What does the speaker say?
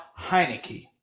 Heineke